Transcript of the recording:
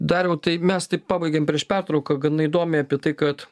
dariau tai mes taip pabaigėm prieš pertrauką gana įdomiai apie tai kad